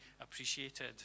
appreciated